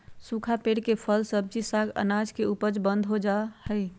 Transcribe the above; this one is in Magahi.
सूखा पेड़ से फल, सब्जी, साग, अनाज के उपज बंद हो जा हई